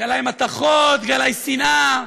גלאי מתכות, גלאי שנאה,